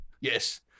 Yes